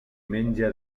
menja